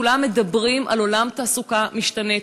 כולם מדברים על עולם תעסוקה משתנה.